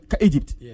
Egypt